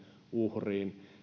uhriin